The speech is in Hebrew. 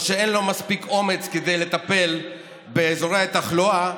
או שאין לו מספיק אומץ כדי לטפל באזורי התחלואה,